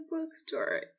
bookstore